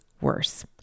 worse